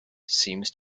seems